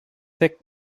thick